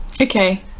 Okay